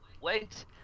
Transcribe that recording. Wait